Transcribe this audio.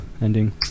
ending